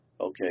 Okay